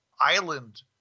island